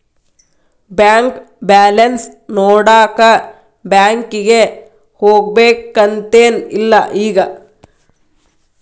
bank balance ನೋಡಾಕ ಬ್ಯಾಂಕಿಗೆ ಹೋಗ್ಬೇಕಂತೆನ್ ಇಲ್ಲ ಈಗ